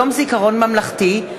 יום זיכרון ממלכתי),